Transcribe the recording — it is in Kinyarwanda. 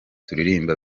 turirimba